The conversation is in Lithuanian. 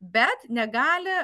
bet negali